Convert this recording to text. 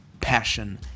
Passion